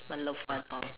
my loved ones hor